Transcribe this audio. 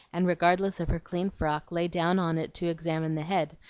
and regardless of her clean frock lay down on it to examine the head,